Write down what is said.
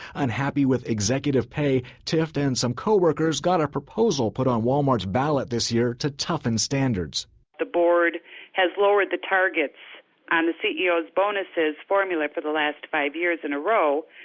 unhappy with executive pay, tifft and some co-workers got a proposal put on walmart's ballot this year to toughen standards the board has lowered the targets on the ceo's bonuses formula for the last five years in a row.